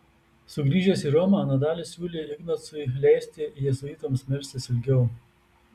sugrįžęs į romą nadalis siūlė ignacui leisti jėzuitams melstis ilgiau